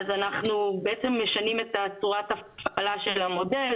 אז אנחנו באמת משנים את צורת ההפעלה של המודל.